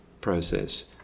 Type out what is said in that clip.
process